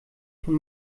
von